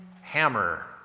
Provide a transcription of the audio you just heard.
hammer